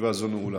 תם סדר-היום.